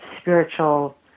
spiritual